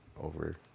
over